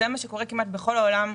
זה מה שקורה כמעט בכל העולם.